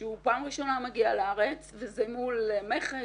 שהוא פעם ראשונה מגיע לארץ וזה מול המכס